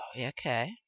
okay